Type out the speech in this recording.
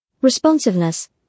Responsiveness